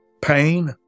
Pain